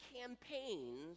campaigns